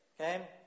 Okay